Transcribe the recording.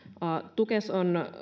tukes on